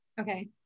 okay